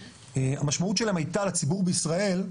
המשמעות שלהם הייתה לציבור בישראל,